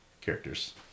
characters